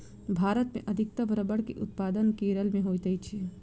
भारत मे अधिकतम रबड़ के उत्पादन केरल मे होइत अछि